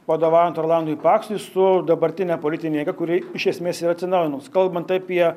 vadovaujant rolandui paksui su dabartine politine jėga kuri iš esmės yra atsinaujinus kalbant apie